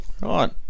Right